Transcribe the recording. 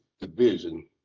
division